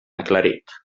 aclarit